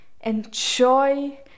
enjoy